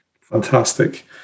fantastic